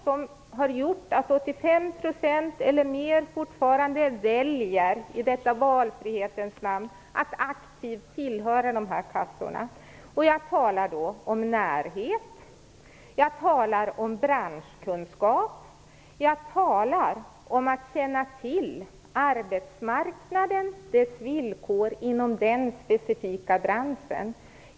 Det har gjort att 85 % eller mer fortfarande, i detta valfrihetens land, väljer att aktivt tillhöra de här kassorna. Jag talar då om närhet, om branschkkunskap och om kännedom om arbetsmarknaden och dess villkor inom en specifik bransch.